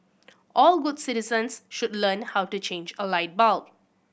all good citizens should learn how to change a light bulb